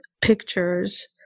pictures